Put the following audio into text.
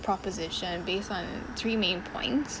proposition based on three main points